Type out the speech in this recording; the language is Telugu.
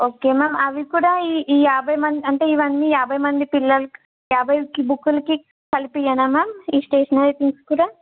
ఓకే మ్యామ్ అవి కూడా ఈ ఈ యాభై మంది అంటే ఇవన్నీ యాభై మంది పిల్లలకి యాభైకి బుక్కులకి కలిపి ఇవ్వనా మ్యామ్ ఈ స్టేషనరీ తింగ్స్ కూడా